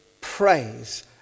praise